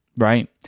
right